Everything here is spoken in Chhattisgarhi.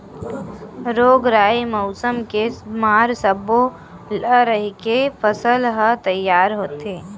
रोग राई, मउसम के मार सब्बो ल सहिके फसल ह तइयार होथे